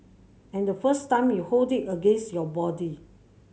and the first time you hold it against your body